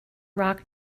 rock